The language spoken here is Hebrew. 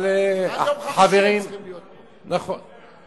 החברים, נכון.